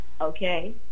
okay